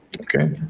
Okay